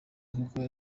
kuko